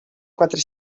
quatre